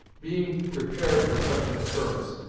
being prepared for such an occurrence,